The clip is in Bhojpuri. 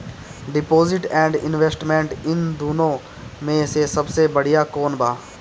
डिपॉजिट एण्ड इन्वेस्टमेंट इन दुनो मे से सबसे बड़िया कौन बा?